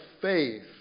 faith